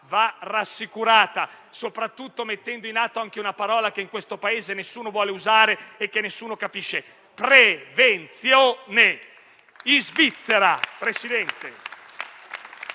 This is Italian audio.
va rassicurata, soprattutto mettendo in atto anche una parola che in questo Paese nessuno vuole usare e che nessuno capisce: prevenzione.